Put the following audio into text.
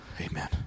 Amen